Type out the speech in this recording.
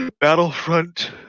Battlefront